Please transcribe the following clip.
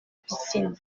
piscine